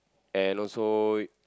and also